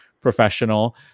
professional